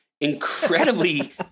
incredibly